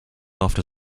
after